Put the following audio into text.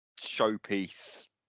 showpiece